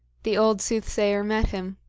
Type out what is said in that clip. the old soothsayer met him.